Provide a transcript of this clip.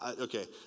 Okay